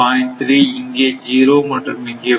3 இங்கே 0 மற்றும் இங்கே 0